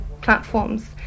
platforms